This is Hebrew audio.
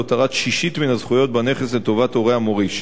להותרת שישית מן הזכויות בנכס לטובת הורי המוריש,